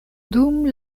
dum